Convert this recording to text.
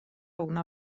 una